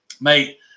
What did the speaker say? Mate